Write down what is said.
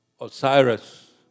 Osiris